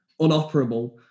unoperable